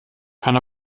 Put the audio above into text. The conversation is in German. kann